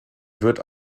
wird